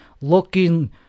looking